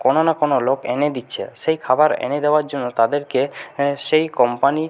কোনো না কোনো লোক এনে দিচ্ছে সেই খাবার এনে দেওয়ার জন্য তাদেরকে সেই কোম্পানি